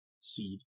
seed